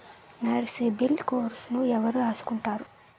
నా సిబిల్ స్కోరును ఎవరు రాసుకుంటారు